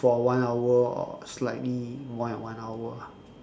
for one hour or slightly more than one hour ah